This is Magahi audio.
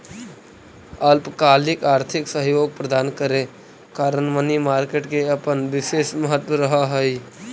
अल्पकालिक आर्थिक सहयोग प्रदान करे कारण मनी मार्केट के अपन विशेष महत्व रहऽ हइ